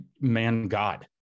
man-god